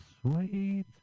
Sweet